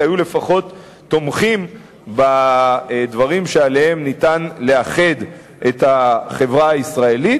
היו לפחות תומכים בדברים שעליהם ניתן לאחד את החברה הישראלית,